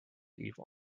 evil